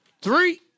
Three